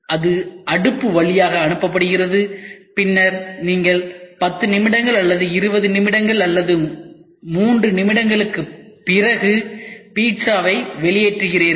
அது அடுப்பு வழியாக அனுப்பப்படுகிறது பின்னர் நீங்கள் 10 நிமிடங்கள் அல்லது 20 நிமிடங்கள் அல்லது 3 நிமிடங்களுக்குப் பிறகு பீட்சாவை வெளியேற்றுகிறார்கள்